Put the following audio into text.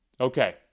okay